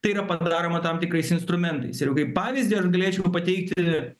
tai yra padaroma tam tikrais instrumentais ir kaip pavyzdį aš galėčiau pateikti